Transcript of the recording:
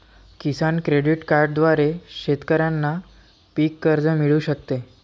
किसान credit कार्डद्वारे शेतकऱ्यांना पीक कर्ज मिळू शकते